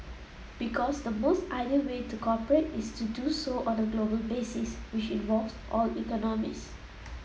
because the most ideal way to cooperate is to do so on a global basis which involves all economies